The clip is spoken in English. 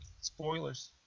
Spoilers